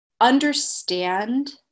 understand